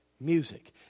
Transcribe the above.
music